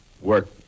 work